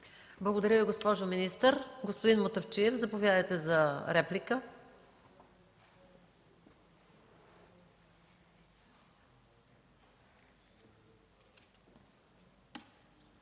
Благодаря Ви, госпожо министър. Господин Мутафчиев, заповядайте за реплика.